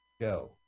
go